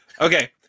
Okay